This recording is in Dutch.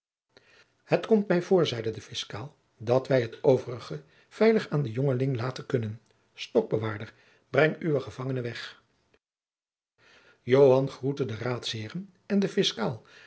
het komt mij voor zeide de fiscaal dat wij het overige veilig aan dien jongeling laten kunnen stokbewaarder breng uwen gevangene weg joan groette de raadsheeren en den fiscaal